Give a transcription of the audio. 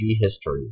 History